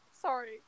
Sorry